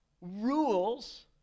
rules